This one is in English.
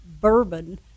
bourbon